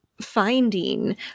finding